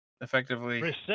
effectively